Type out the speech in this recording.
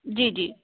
جی جی